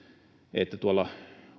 että tuolla